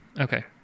okay